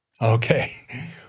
okay